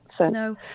No